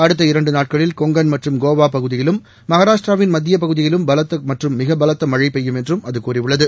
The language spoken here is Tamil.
அடுத்த இரண்டு நாட்களில் கொங்கன் மற்றும் கோவா பகுதியிலும் மகாராஷ்ட்ராவின் மத்தியப் பகுதியிலும் பலத்த மற்றும் மிக பலத்த மழை பெய்யும் என்றும் அது கூறியுள்ளது